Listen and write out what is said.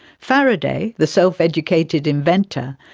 faraday, the self-educated inventor,